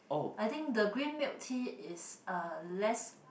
I think the green milk tea is uh less